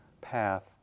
path